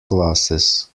classes